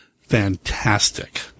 fantastic